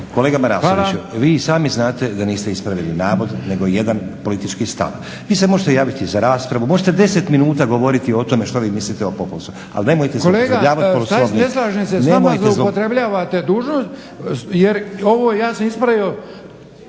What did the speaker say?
Kolega Marasoviću vi i sami znate da niste ispravili navod nego jedan politički stav. Vi se možete javiti za raspravu, možete 10 minuta govoriti o tome što vi mislite o Pupovcu. Ali nemojte se javljati **Marasović,